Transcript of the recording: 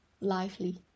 lively